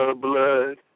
blood